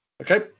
Okay